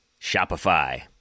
Shopify